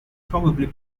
probably